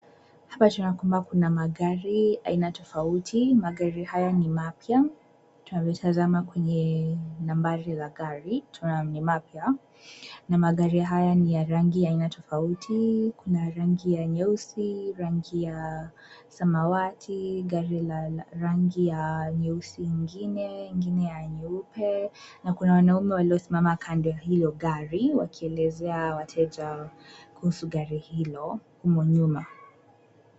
Hapa tunaona kwamba kuna magari aina tofauti. Magari haya ni mapya, tunavyotazama kwenye nambari za gari, tunaona ni mapya, na magari haya ni ya rangi ya aina tofauti, kuna rangi ya nyeusi, rangi ya samawati, gari la rangi ya nyeusi ingine, ingine ya nyeupe, na kuna wanaume waliosimama kando ya hilo gari, wakielezea wateja kuhusu gari hilo humo nyuma.